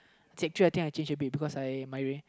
Sec three I think I change a bit because I